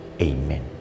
Amen